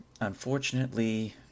unfortunately